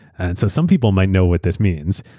and so some people might know what this means.